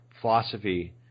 philosophy